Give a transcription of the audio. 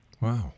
Wow